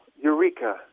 Eureka